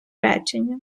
речення